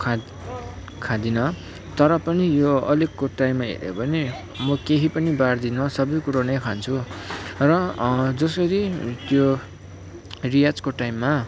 खाँद् खाँदिनँ तर पनि यो अलिकको टाइममा हेऱ्यो भने म केही पनि बार्दिनँ सबै कुरो नै खान्छु र जसरी त्यो रियाजको टाइममा